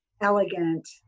elegant